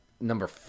Number